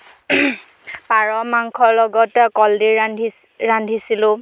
পাৰ মাংসৰ লগত কলডিল ৰান্ধি ৰান্ধিছিলোঁ